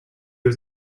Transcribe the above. was